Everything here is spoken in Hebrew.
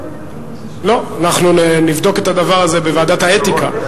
לא, אנחנו נבדוק את הדבר הזה בוועדת האתיקה.